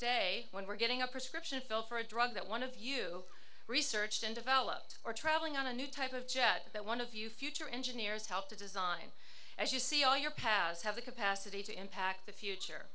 day when we're getting a prescription for a drug that one of you researched and developed or traveling on a new type of jet that one of you future engineers helped to design as you see all your paths have the capacity to impact the future